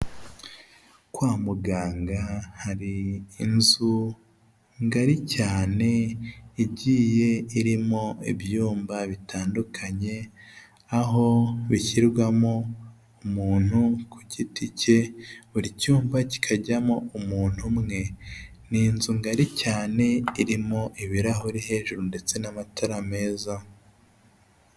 Kwa muganga hari inzu ngari cyane igiye irimo ibyumba bitandukanye aho bishyirwamo umuntu ku giti cye, buri cyumba kikajyamo umuntu umwe. Ni inzu ngari cyane irimo ibirahuri hejuru ndetse n'amatara meza.